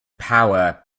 power